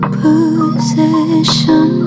possession